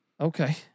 Okay